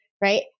right